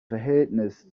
verhältnis